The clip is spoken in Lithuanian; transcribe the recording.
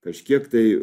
kažkiek tai